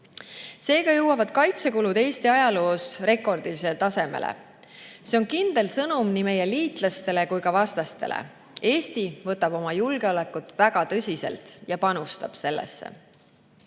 Seega jõuavad kaitsekulud Eesti ajaloos rekordilisele tasemele. See on kindel sõnum nii meie liitlastele kui ka vastastele: Eesti võtab oma julgeolekut väga tõsiselt ja panustab sellesse.